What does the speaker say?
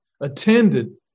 attended